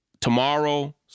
tomorrow